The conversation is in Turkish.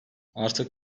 artık